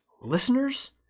listeners